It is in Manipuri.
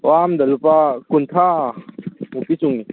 ꯋꯥ ꯑꯃꯗ ꯂꯨꯄꯥ ꯀꯨꯟꯊ꯭ꯔꯥ ꯃꯨꯛꯇꯤ ꯆꯤꯡꯉꯤ